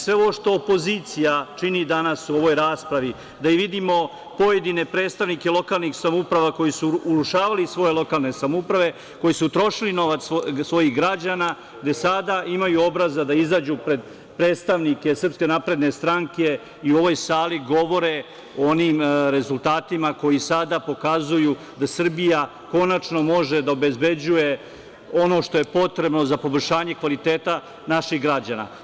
Sve ovo što opozicija čini danas u ovoj raspravi, gde vidimo pojedine predstavnike lokalnih samouprava koji su urušavali svoje lokalne samouprave, koji su trošili novac svojih građana, sada imaju obraza da izađu pred predstavnike SNS i u ovoj sali govori o onim rezultatima koji sada pokazuju da Srbija konačno može da obezbeđuje ono što je potrebno za poboljšanje kvaliteta naših građana.